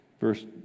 verse